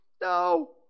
no